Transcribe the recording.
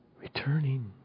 Returning